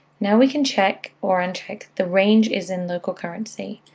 now, we can check or uncheck the range is in local currency.